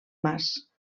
mas